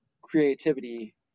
creativity